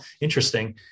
interesting